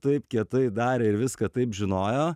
taip kietai darė ir viską taip žinojo